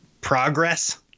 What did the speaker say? progress